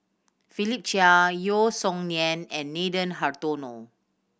Philip Chia Yeo Song Nian and Nathan Hartono